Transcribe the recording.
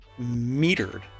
metered